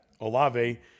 Olave